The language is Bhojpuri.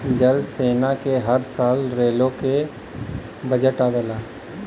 जल सेना क हर साल रेलो के बजट आवला